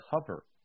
cover